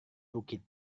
bukit